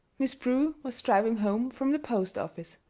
miss prue was driving home from the post office.